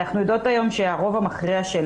אנחנו יודעות היום שהרוב המכריע של